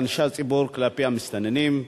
של אנשי הציבור כלפי המסתננים.